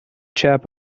chap